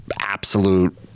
absolute